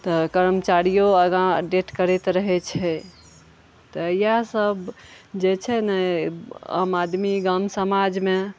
तऽ कर्मचारियो आगाँ डेट करैत रहै छै तऽ इएह सब जे छै ने आम आदमी गाम समाजमे